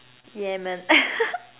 Yemen